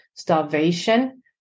Starvation